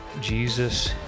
Jesus